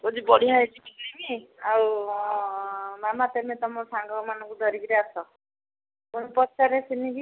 କୋଉଠି ବଢ଼ିଆ ହେଇଛି ଫିଲ୍ମ ଆଉ ମାମା ତମେ ତମ ସାଙ୍ଗମାନଙ୍କୁ ଧରିକିରି ଆସ ପଚାରେ